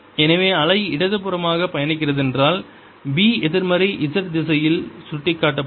எனவே அலை இடதுபுறமாக பயணிக்கிறதென்றால் B எதிர்மறை z திசையில் சுட்டிக்காட்டப்படும்